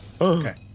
Okay